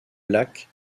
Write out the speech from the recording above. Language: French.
lac